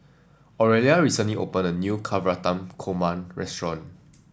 Orelia recently opened a new Navratan Korma restaurant